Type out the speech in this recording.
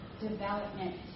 development